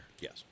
Yes